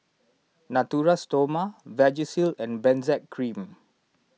Natura Stoma Vagisil and Benzac Cream